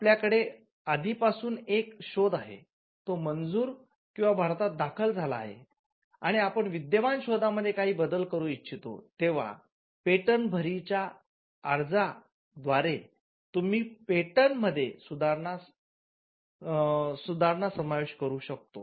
आपल्याकडे आधीपासून एक शोध आहे तो मंजूर किंवा भारतात दाखल झाला आहे आणि आपण विद्यमान शोधामध्ये काही बदल करू इच्छितो तेंव्हा पेटंट भरी च्या अर्जाद्वारे पेटंट मध्ये सुधारणांचा समावेश करू शकतो